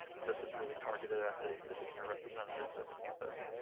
but this is really targeted at the the senior representatives of the campus.